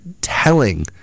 telling